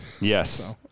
Yes